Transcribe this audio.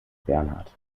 bernhard